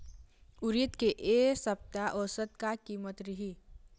उरीद के ए सप्ता औसत का कीमत रिही?